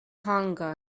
hunger